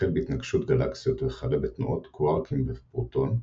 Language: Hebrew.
החל בהתנגשות גלקסיות וכלה בתנועת קווארקים בפרוטון,